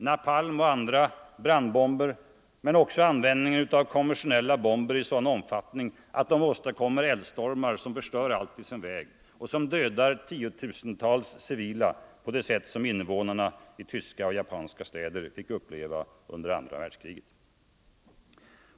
Napalm och andra brandbomber hör hit men också användningen av konventionella bomber i sådan omfattning att de åstadkommer eldstormar, som förstör allt i sin väg och dödar tiotusentals civila på de sätt som invånarna i tyska och japanska städer fick uppleva under andra världskriget.